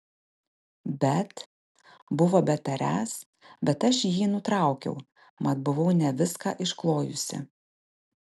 bet buvo betariąs bet aš jį nutraukiau mat buvau ne viską išklojusi